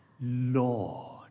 Lord